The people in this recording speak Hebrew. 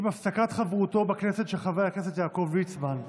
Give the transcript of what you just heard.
עם הפסקת חברותו של חבר הכנסת יעקב ליצמן בכנסת,